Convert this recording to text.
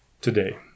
today